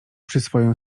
przyswoję